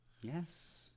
Yes